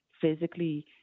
physically